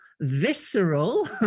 visceral